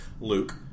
Luke